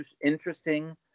interesting